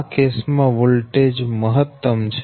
આ કેસ માં વોલ્ટેજ મહત્તમ છે